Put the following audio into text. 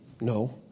No